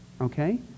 okay